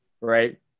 right